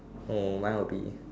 no mine would be